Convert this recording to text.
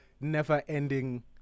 never-ending